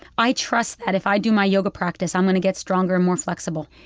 i trust that if i do my yoga practice, i'm going to get stronger and more flexible.